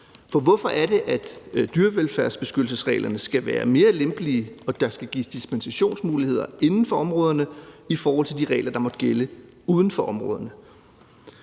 For hvorfor skal dyrevelfærdsbeskyttelsesreglerne være mere lempelige med dispensationsmuligheder inden for områderne, i forhold til de regler der måtte gælde uden for områderne?